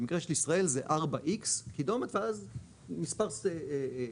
במקרה של ישראל זה X4 קידומת ואז מספר אותיות